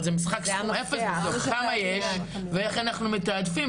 ואיך אנחנו מתעדפים,